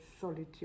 solitude